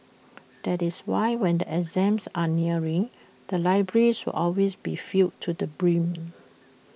that is why when the exams are nearing the libraries will always be filled to the brim